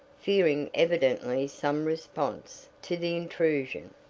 fearing evidently some response to the intrusion.